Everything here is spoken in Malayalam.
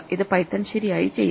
ഇത് പൈത്തൺ ശരിയായി ചെയ്യും